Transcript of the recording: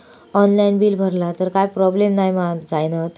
Online bill भरला तर काय प्रोब्लेम नाय मा जाईनत?